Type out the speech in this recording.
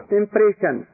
impression